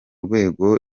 rwego